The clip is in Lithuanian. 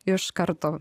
iš karto